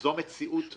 וזאת מציאות נוראית,